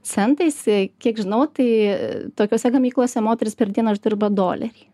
centais kiek žinau tai tokiose gamyklose moterys per dieną uždirba dolerį